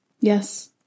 Yes